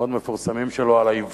המאוד מפורסמים שלו, "על העיוורון".